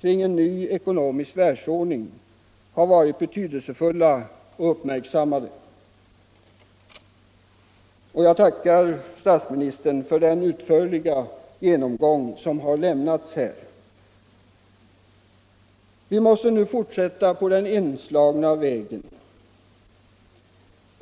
kring en ny ekonomisk världsordning har varit betydelsefulla och uppmärksammade. Jag tackar statsministern än en gång för den utförliga genomgång som lämnats här. Vi måste nu fortsätta på den inslagna vägen.